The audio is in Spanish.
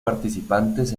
participaciones